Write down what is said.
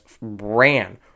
ran